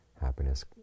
happiness